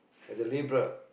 as a labourer